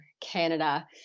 Canada